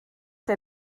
der